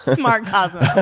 smart cosmo.